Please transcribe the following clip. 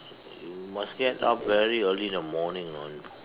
you must get up very early in the morning on